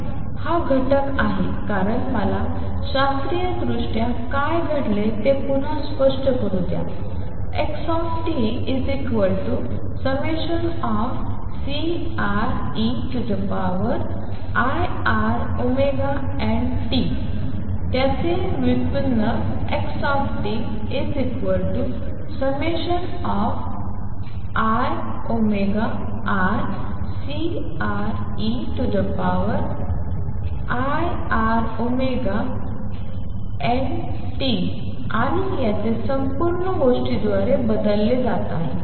हा घटक आहे कारण मला शास्त्रीयदृष्ट्या काय घडले ते पुन्हा स्पष्ट करू द्या xt∑Ceiτωt त्याचे व्युत्पन्न xtiωτCeiτωt आणि हे या संपूर्ण गोष्टीद्वारे बदलले जात आहे